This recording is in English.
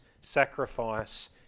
sacrifice